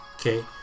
Okay